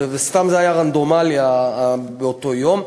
וסתם, זה היה רנדומלי באותו היום.